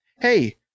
hey